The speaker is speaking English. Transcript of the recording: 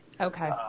Okay